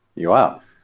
you are.